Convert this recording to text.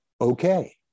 okay